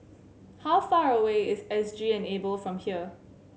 how far away is S G Enable from here